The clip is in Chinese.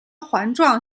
环状